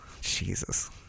Jesus